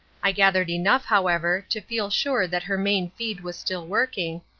i gathered enough, however, to feel sure that her main feed was still working,